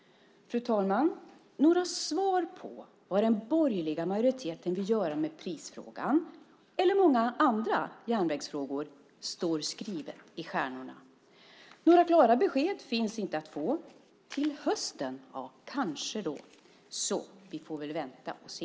Fru talman! Några svar på vad den borgerliga majoriteten vill göra med prisfrågan och många andra viktiga järnvägsfrågor står skrivet i stjärnorna. Några klara besked finns inte att få. Till hösten kanske vi får det. Vi får väl vänta och se.